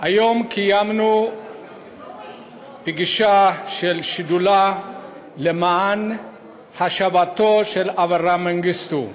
היום קיימנו פגישה של שדולה למען השבתו של אברה מנגיסטו.